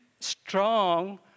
strong